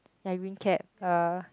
ya green cap uh